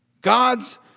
God's